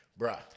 Bruh